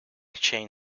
chain